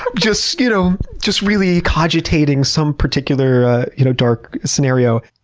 ah just so you know just really cogitating some particular ah you know dark scenario.